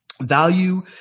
Value